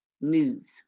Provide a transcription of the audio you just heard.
news